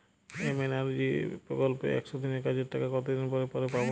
MNREGA প্রকল্পে একশ দিনের কাজের টাকা কতদিন পরে পরে পাব?